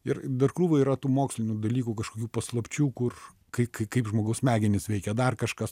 ir dar krūva yra tų mokslinių dalykų kažkokių paslapčių kur kai kai kaip žmogaus smegenys veikia dar kažkas